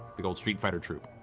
big old street fighter troupe.